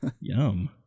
yum